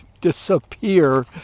disappear